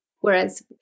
Whereas